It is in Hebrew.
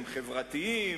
הם חברתיים,